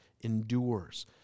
endures